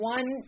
One